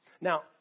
Now